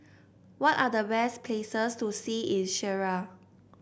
what are the best places to see in Syria